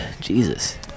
Jesus